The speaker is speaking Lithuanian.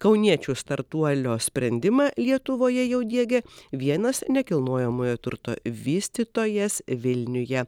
kauniečių startuolio sprendimą lietuvoje jau diegia vienas nekilnojamojo turto vystytojas vilniuje